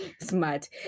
Smart